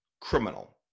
criminal